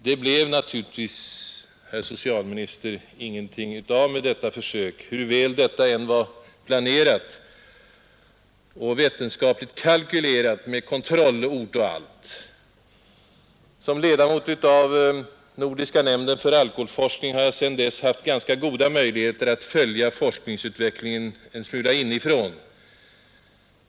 Det blev naturligtvis, herr socialminister, ingenting av med detta försök hur väl det än var planerat och vetenskapligt kalkylerat med kontrollort och allt. Som ledamot av nordiska nämnden för alkoholforskning har jag sedan dess likväl haft ganska goda möjligheter att även en smula inifrån följa forskningsutvecklingen.